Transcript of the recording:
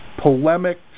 polemic